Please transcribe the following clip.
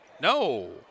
No